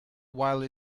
while